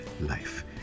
life